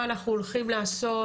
כלומר מה אנחנו הולכים לעשות,